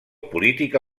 política